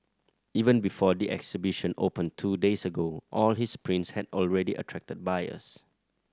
even before the exhibition opened two days ago all his prints had already attracted buyers